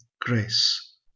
grace